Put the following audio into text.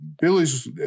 Billy's